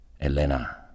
Elena